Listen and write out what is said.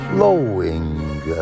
flowing